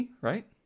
right